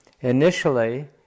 initially